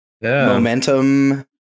momentum